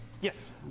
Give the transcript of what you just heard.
Yes